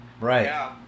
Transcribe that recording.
right